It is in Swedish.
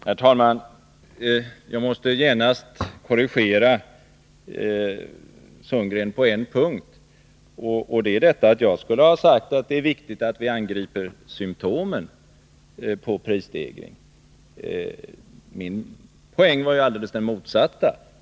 Herr talman! Jag måste genast korrigera Roland Sundgren på en punkt, nämligen att jag skulle ha sagt att det är viktigt att vi angriper symptomen i samband med prisstegringen. Min poäng var ju alldeles den motsatta.